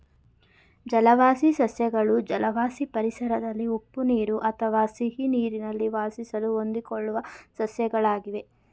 ಜಲವಾಸಿ ಸಸ್ಯಗಳು ಜಲವಾಸಿ ಪರಿಸರದಲ್ಲಿ ಉಪ್ಪು ನೀರು ಅಥವಾ ಸಿಹಿನೀರಲ್ಲಿ ವಾಸಿಸಲು ಹೊಂದಿಕೊಳ್ಳುವ ಸಸ್ಯಗಳಾಗಿವೆ